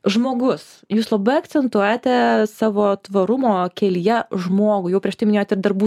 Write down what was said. žmogus jūs labai akcentuojate savo tvarumo kelyje žmogų jau prieš tai minėjot ir darbų